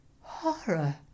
horror